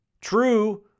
True